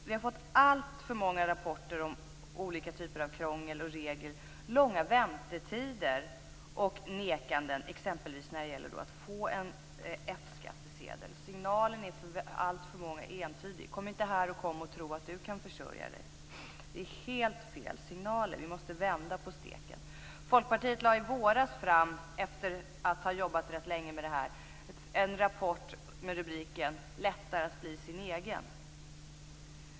Vi har fått alltför många rapporter om olika typer av krångel och regler, långa väntetider och nekanden exempelvis när det gäller begäran om F-skattsedel. Signalen är för alltför många entydig. Kom inte här och tro att du kan försörja dig! Det är helt fel signaler. Vi måste vända på steken. Folkpartiet lade i våras, efter att ha jobbat med frågan rätt länge, fram en rapport med rubriken Lättare att bli sin egen.